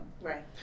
Right